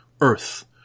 Earth